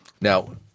Now